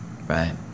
right